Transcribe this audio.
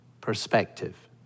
perspective